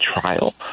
trial